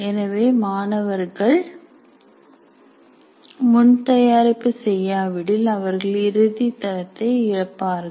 எனவே மாணவர்கள் முன் தயாரிப்பு செய்யாவிடில் அவர்கள் இறுதி தரத்தை இழப்பார்கள்